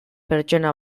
pertsona